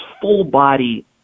full-body